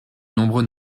nombreux